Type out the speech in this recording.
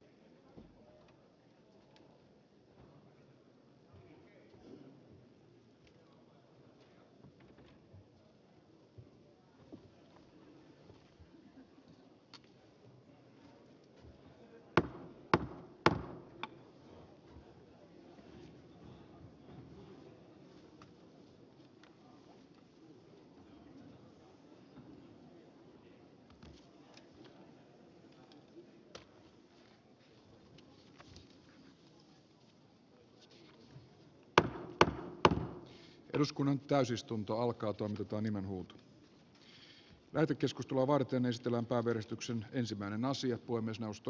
puhemiesneuvosto